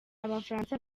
abafaransa